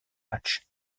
matchs